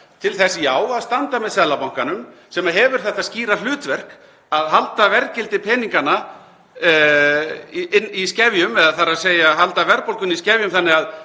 til þess, já, að standa með Seðlabankanum, sem hefur þetta skýra hlutverk að halda verðgildi peninganna í skefjum, þ.e. að halda verðbólgunni í skefjum þannig að